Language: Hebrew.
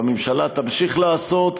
והממשלה תמשיך לעשות,